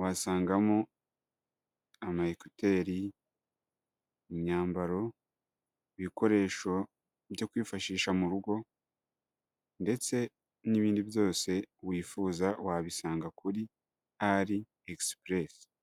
wasangamo: Ama ekuteri, imyambaro, ibikoresho byo kwifashisha mu rugo ndetse n'ibindi byose wifuza wabisanga kuri AliExpress.